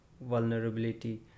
vulnerability